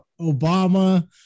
obama